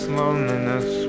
loneliness